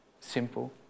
Simple